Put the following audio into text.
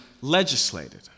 legislated